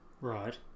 Right